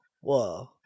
whoa